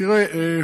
תראה,